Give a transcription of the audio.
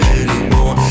anymore